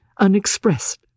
unexpressed